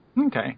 Okay